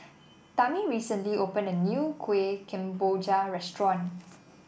Tammi recently opened a new Kueh Kemboja restaurant